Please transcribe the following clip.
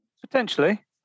Potentially